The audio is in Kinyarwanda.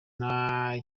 nta